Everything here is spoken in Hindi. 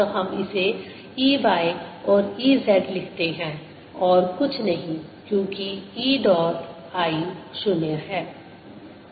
तो हम इसे E y और E z लिखते हैं और कुछ नहीं क्योंकि E डॉट i 0 है